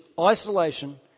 isolation